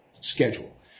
schedule